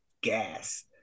gas